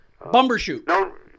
bumbershoot